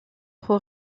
trop